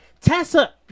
Tessa